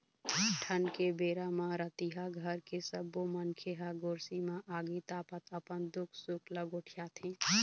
ठंड के बेरा म रतिहा घर के सब्बो मनखे ह गोरसी म आगी तापत अपन दुख सुख ल गोठियाथे